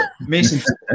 Mason